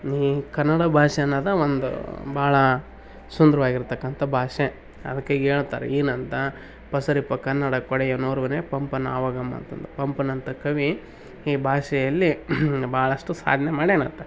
ಈ ಕನ್ನಡ ಭಾಷೆ ಅನ್ನೋದೆ ಒಂದು ಭಾಳ ಸುಂದರವಾಗಿರ್ತಕ್ಕಂಥ ಭಾಷೆ ಅದಕ್ಕೆ ಈಗ ಹೇಳ್ತಾರೆ ಏನಂತ ಪಸರಿಪ ಕನ್ನಡಕ್ಕೊಡೆಯನೋರ್ವನೇ ಪಂಪನಾವಗಂ ಅಂತಂದು ಪಂಪನಂಥ ಕವಿ ಈ ಭಾಷೆಯಲ್ಲಿ ಭಾಳಷ್ಟು ಸಾಧ್ನೆ ಮಾಡಿಯಾನಾತ